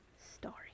story